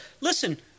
listen